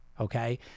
Okay